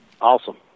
Awesome